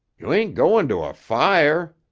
you ain't going to a fire.